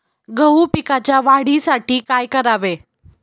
गहू पिकाच्या वाढीसाठी काय करावे?